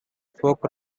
folk